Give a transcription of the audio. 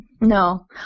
No